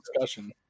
discussion